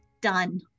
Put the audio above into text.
done